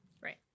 Right